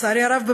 לצערי הרב,